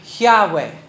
Yahweh